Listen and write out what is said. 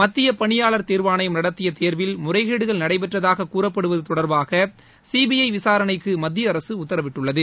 மத்திய பணியாளர் தேர்வாணையம் நடத்திய தேர்வில் முறைகேடுகள் நடைபெற்றதாக கூறப்படுவது தொடர்பாக சிபிஐ விசாரணைக்கு மத்திய அரசு உத்தரவிட்டுள்ளது